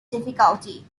difficulty